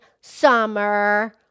summer